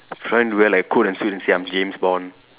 a friend wear like coat and suit and say I'm James Bond